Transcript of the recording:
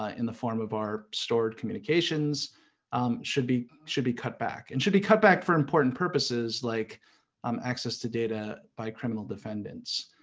ah in the form of our stored communications should be should be cut back and should be cut back for important purposes like um access to data by criminal defendants.